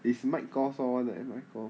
it's michael saw [one] right michael